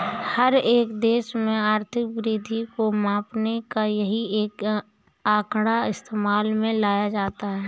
हर एक देश में आर्थिक वृद्धि को मापने का यही एक आंकड़ा इस्तेमाल में लाया जाता है